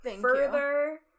further